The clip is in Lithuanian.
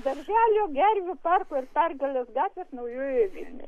darželio gervių parko ir pergalės gatvės naujojoje vilnioje